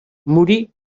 morí